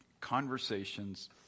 conversations